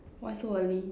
why so early